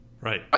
Right